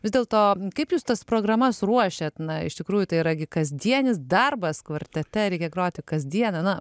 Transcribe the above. vis dėlto kaip jūs tas programas ruošiat na iš tikrųjų tai yra gi kasdienis darbas kvartete reikia groti kasdieną na